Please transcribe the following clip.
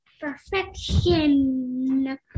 Perfection